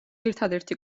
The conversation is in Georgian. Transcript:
ერთადერთი